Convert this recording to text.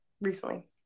recently